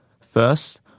First